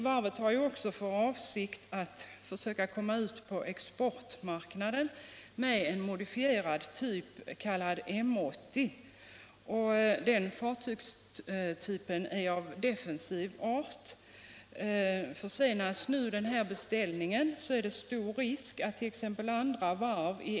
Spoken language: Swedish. Varvet har även för avsikt att försöka komma ut på exportmarknaden med en modifierad fartygstyp kallad M 80. Den fartygstypen är av defensiv art. Försenas nu den här beställningen är det stor risk att andra varv it.ex.